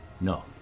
No